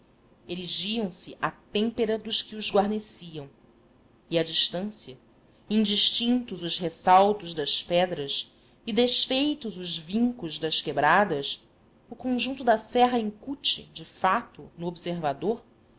bárbaros erigiam se à têmpera dos que os guarneciam e à distância indistintos os ressaltos das pedras e desfeitos os vincos das quebradas o conjunto da serra incute de fato no observador